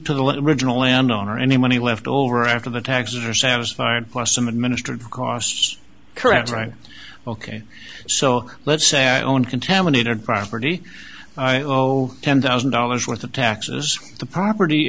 to the original land owner any money left over after the taxes are satisfied plus some administrative costs correct right ok so let's say i own contaminated property oh ten thousand dollars worth of taxes the property